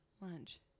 lunch